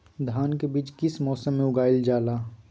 धान के बीज किस मौसम में उगाईल जाला?